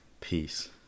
peace